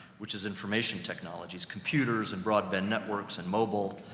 which is information technologies, computers, and broadband networks, and mobile,